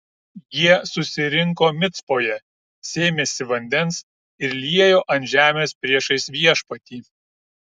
jie susirinko micpoje sėmėsi vandens ir liejo ant žemės priešais viešpatį